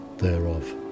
thereof